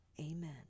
Amen